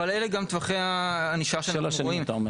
אבל אלה גם טווחי הענישה הקבועים.